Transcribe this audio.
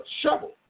shovel